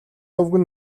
өвгөн